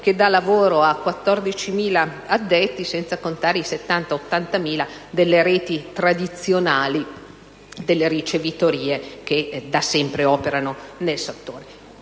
che dà lavoro a 14.000 addetti, senza contare i 70.000-80.000 delle reti tradizionali delle ricevitorie che, da sempre, operano nel settore.